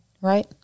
right